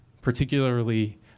particularly